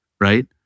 right